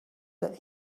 that